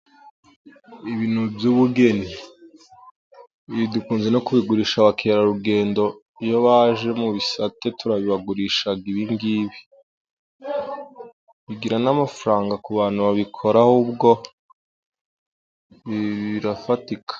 Ibi bintu by'ubugeni, ibi dukunze no kubigurisha abakerarugendo iyo baje mu Bisate turabibagurisha, ibi ngibi bigira n'amafaranga ku bantu babikora, ahubwo ibi birafatika.